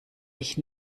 ich